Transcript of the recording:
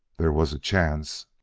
there was a chance